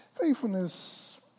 Faithfulness